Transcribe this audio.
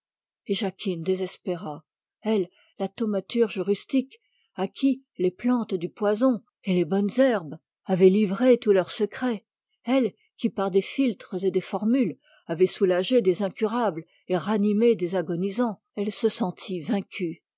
et jacquine désespéra elle la thaumaturge rustique à qui les plantes du poison et les bonnes herbes avaient livré tous leurs secrets elle qui par des philtres et des formules avait soulagé des incurables et ranimé des agonisants elle se sentit vaincue